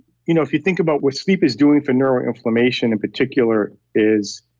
you know if you think about what sleep is doing for neuroinflammation in particular is,